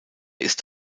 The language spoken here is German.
ist